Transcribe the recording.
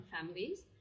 families